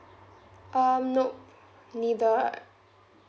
um nop neither